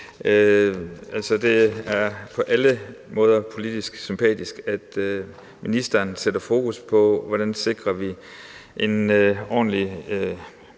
Det er på alle måder politisk sympatisk, at ministeren sætter fokus på, hvordan vi sikrer en ordentlig